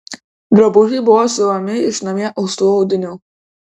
drabužiai buvo siuvami iš namie austų audinių